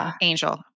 angel